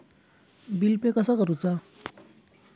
Bill pay कसा करुचा?